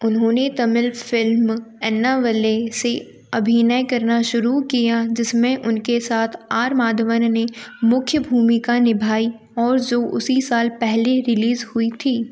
उन्होंने तमिल फ़िल्म एन्नावले से अभिनय करना शुरू किया जिसमें उनके साथ आर माधवन ने मुख्य भूमिका निभाई और जो उसी साल पहली रिलीज़ हुई थी